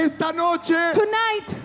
tonight